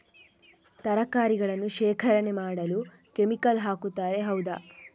ತರಕಾರಿಗಳನ್ನು ಶೇಖರಣೆ ಮಾಡಲು ಕೆಮಿಕಲ್ ಹಾಕುತಾರೆ ಹೌದ?